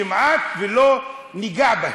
כמעט לא ניגע בהם,